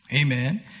Amen